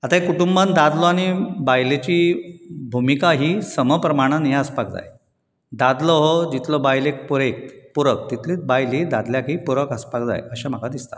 आतां एक कुटुंबान दादलो आनी बायलेची भुमिका ही समप्रमाणान हें आसपाक जाय दादलो हो जितलो बायलेक पुरेक पुरक तितलीत बायल ही दादल्याक ही पुरक आसपाक जाय अशें म्हाका दिसता